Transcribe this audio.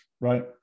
right